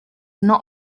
not